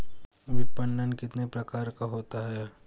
विपणन कितने प्रकार का होता है?